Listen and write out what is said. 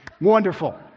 wonderful